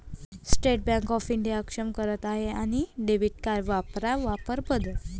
state Bank of India अक्षम करत आहे डेबिट कार्ड वापरा वापर बदल